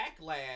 backlash